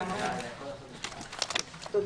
הישיבה ננעלה בשעה 14:11.